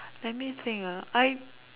let me think I